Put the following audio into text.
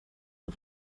der